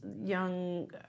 young